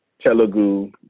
Telugu